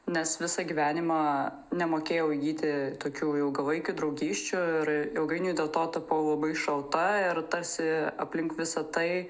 nes visą gyvenimą nemokėjau įgyti tokių ilgalaikių draugysčių ir ilgainiui dėl to tapau labai šalta ir tarsi aplink visa tai